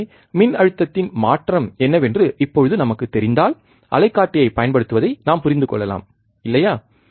எனவே மின்னழுத்தத்தின் மாற்றம் என்னவென்று இப்போது நமக்குத் தெரிந்தால் அலைக்காட்டியைப் பயன்படுத்துவதை நாம் புரிந்து கொள்ளலாம் இல்லையா